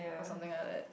or something like that